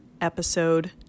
episode